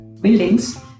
buildings